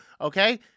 okay